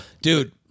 dude